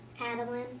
Adeline